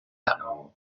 ano